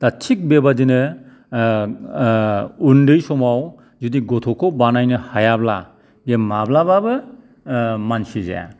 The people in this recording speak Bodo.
दा थिग बेबादिनो उन्दै समाव जुदि गथ'खौ बानायनो हायाब्ला बे माब्लाबाबो मानसि जाया